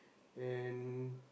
and